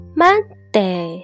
Monday